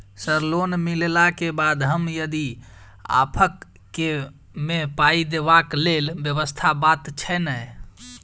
Sir loan मिलला केँ बाद हम यदि ऑफक केँ मे पाई देबाक लैल व्यवस्था बात छैय नै?